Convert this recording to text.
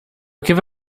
give